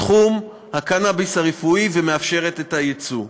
תחום הקנאביס הרפואי ומאפשרת את הייצוא.